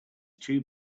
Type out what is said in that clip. two